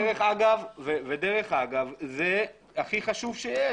דרך אגב, זה הכי חשוב שיש.